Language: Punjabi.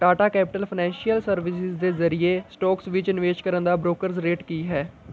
ਟਾਟਾ ਕੈਪਟਲ ਫਾਇਨੈਂਸ਼ੀਅਲ ਸਰਵਿਸਿਜ਼ ਦੇ ਜ਼ਰੀਏ ਸਟੋਕਸ ਵਿੱਚ ਨਿਵੇਸ਼ ਕਰਨ ਦਾ ਬ੍ਰੋਕਰਜ਼ ਰੇਟ ਕੀ ਹੈ